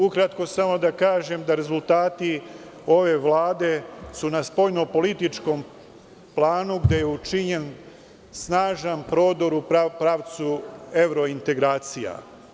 Ukratko samo da kažem da rezultati ove vlade su na spoljnopolitičkom planu gde je učinjen snažan prodor u pravcu evrointegracija.